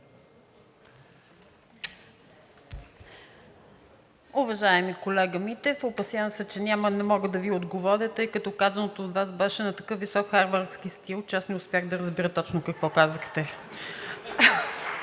Уважаеми колега Митев, опасявам се, че няма да мога да Ви отговоря, тъй като казаното от Вас беше на такъв висок Харвардски стил. Аз не успях да разбера точно какво казахте.